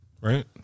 Right